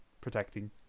protecting